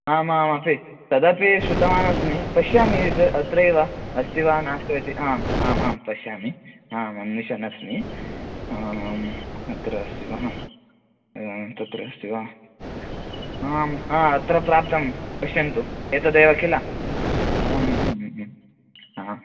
आमाम् अस्ति तदपि श्रुतवानस्मि पश्यामि यद् अत्रैव अस्ति वा नास्ति वा इति आम् आम् आं पश्यामि आम् अन्विशन् अस्मि अत्र अस्ति वा तत्र अस्ति वा आम् हा अत्र प्राप्तम् पश्यन्तु एतदेव खिल अहं आम्